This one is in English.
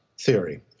theory